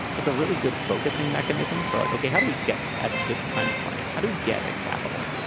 it's a really good focusing mechanism for. like okay. how do we get at this kind of money. how do we get at capital.